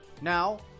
Now